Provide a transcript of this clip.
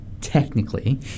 technically